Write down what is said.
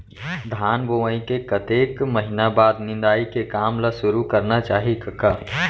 धान बोवई के कतेक महिना बाद निंदाई के काम ल सुरू करना चाही कका?